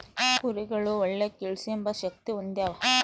ಕುರಿಗುಳು ಒಳ್ಳೆ ಕೇಳ್ಸೆಂಬ ಶಕ್ತಿ ಹೊಂದ್ಯಾವ